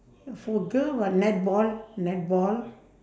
for girl what netball netball